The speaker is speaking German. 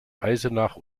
eisenach